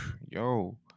yo